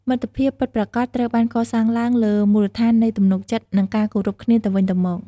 មិត្តភាពពិតប្រាកដត្រូវបានកសាងឡើងលើមូលដ្ឋាននៃទំនុកចិត្ត និងការគោរពគ្នាទៅវិញទៅមក។